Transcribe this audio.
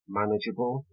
manageable